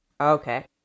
Okay